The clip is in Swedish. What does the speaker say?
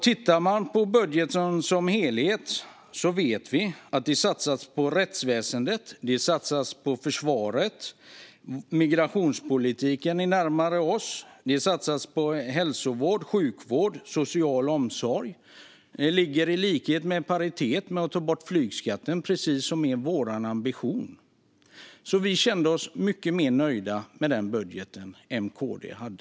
Tittar man på budgeten som helhet vet vi att det satsas på rättsväsendet och försvaret. Migrationspolitiken ligger närmare vår. Det satsas på hälsovård, sjukvård och social omsorg. Det ligger i paritet med att ta bort flygskatten, precis som är vår ambition. Vi kände oss mycket mer nöjda med den budget M-KD hade.